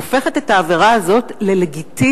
הופכת את העבירה הזאת ללגיטימית,